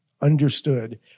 understood